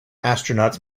astronauts